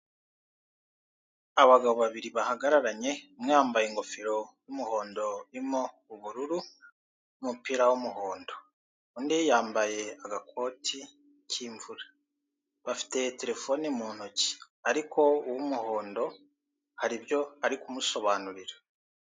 Abagabo babiri bahagararanye, umwe yambaye ingofero y'umuhondo irimo ubururu n'umupira w'umuhondo, undi yambaye agakoti k'imvura bafite terefone mu ntoki ariko uw'umuhondo hari ibyo ari kumusobanurira.